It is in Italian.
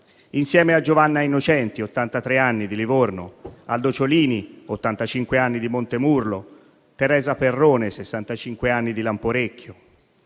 di Prato. Giovanna Innocenti, 83 anni, di Livorno; Alfio Ciolini, 85 anni, di Montemurlo; Teresa Perrone, 65 anni, di Lamporecchio;